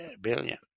billion